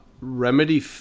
Remedy